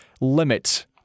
limit